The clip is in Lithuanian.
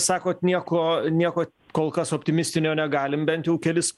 sakot nieko nieko kol kas optimistinio negalim bent jau kelis